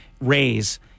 raise